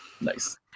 Nice